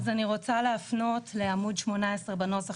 אז אני רוצה להפנות לעמוד 18 בנוסח,